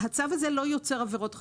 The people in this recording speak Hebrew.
הצו הזה לא יוצר עבירות חדשות.